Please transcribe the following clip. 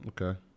Okay